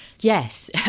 Yes